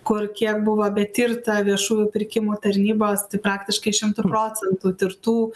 kur kiek buvo betirta viešųjų pirkimų tarnybos tai praktiškai šimtu procentų tirtų